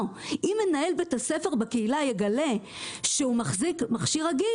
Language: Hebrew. אם מנהל בית הספר יגלה שהוא מחזיק מכשיר רגיל